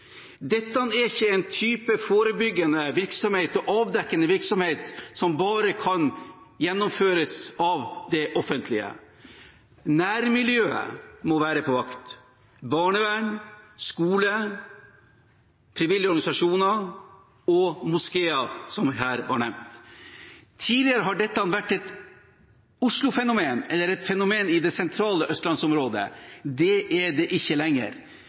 Dette er ikke en type forebyggende og avdekkende virksomhet som bare kan gjennomføres av det offentlige. Nærmiljøet må være på vakt – barnevern, skole, frivillige organisasjoner og moskeer, som her var nevnt. Tidligere har dette vært et Oslo-fenomen, eller et fenomen i det sentrale østlandsområdet. Det er det ikke lenger.